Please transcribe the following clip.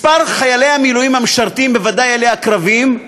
מספר חיילי המילואים המשרתים, בוודאי אלה הקרביים,